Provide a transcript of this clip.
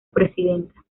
presidenta